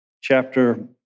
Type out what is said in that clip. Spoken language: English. chapter